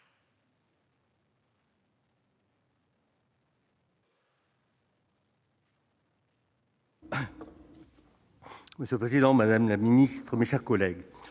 Monsieur le président, madame la ministre, mes chers collègues,